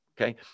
okay